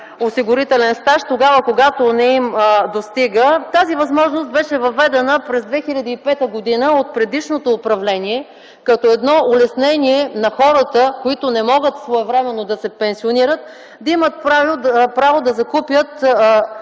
осигурителен стаж тогава, когато не им достига. Тази възможност беше въведена през 2005 г. от предишното управление като едно улеснение на хората, които не могат своевременно да се пенсионират, да имат право да закупят